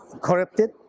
corrupted